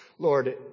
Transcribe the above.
Lord